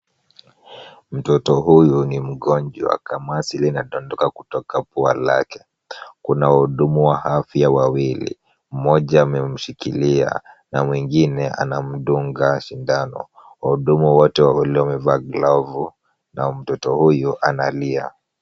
Mtoto huyu ni mgonjwa. Kamasi linadondoka kutoka pua lake. Kuna wahudumu wa afya wawili, mmoja ameshikilia na mwingine anamdunga sindano. Wahudumu wote wamevaa glavu na mtoto huyu analia.